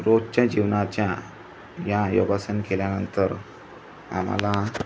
रोजच्या जीवनाच्या या योगासन केल्यानंतर आम्हाला